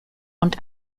und